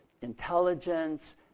intelligence